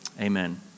Amen